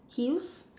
he used